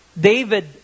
David